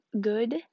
good